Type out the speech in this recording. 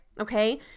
okay